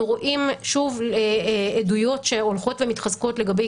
אנחנו רואים שוב עדויות שהולכות ומתחזקות לגבי